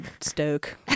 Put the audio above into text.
stoke